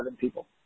people